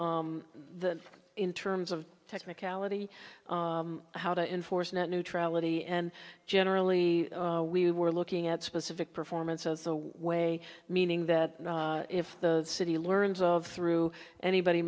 the in terms of technicality how to enforce net neutrality and generally we were looking at specific performance as a way meaning that if the city learns of through anybody